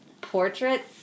portraits